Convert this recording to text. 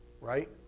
right